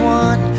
one